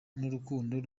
n’urukundo